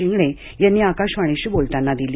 शिंगणे यांनी आकाशवाणीशी बोलतांना दिली